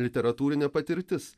literatūrine patirtis